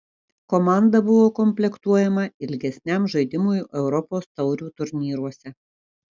komanda buvo komplektuojama ilgesniam žaidimui europos taurių turnyruose